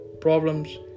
problems